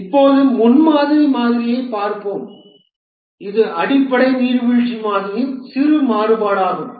இப்போது முன்மாதிரி மாதிரியைப் பார்ப்போம் இது அடிப்படை நீர்வீழ்ச்சி மாதிரியின் சிறிய மாறுபாடாகும்